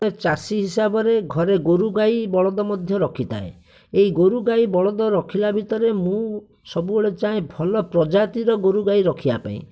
ଜଣେ ଚାଷୀ ହିସାବରେ ଘରେ ଗୋରୁ ଗାଈ ବଳଦ ମଧ୍ୟ ରଖିଥାଏ ଏଇ ଗୋରୁ ଗାଈ ବଳଦ ରଖିଲା ଭିତରେ ମୁଁ ସବୁବେଳେ ଚାହେଁ ଭଲ ପ୍ରଜାତିର ଗୋରୁ ଗାଈ ରଖିବା ପାଇଁ